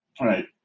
right